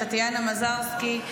את טטיאנה מזרסקי,